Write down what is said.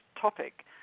topic